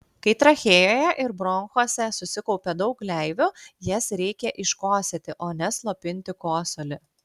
kai trachėjoje ir bronchuose susikaupia daug gleivių jas reikia iškosėti o ne slopinti kosulį